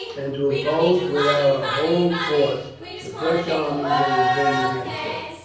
and to oppose with our whole force the fresh armies they will bring against us.